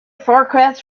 forecast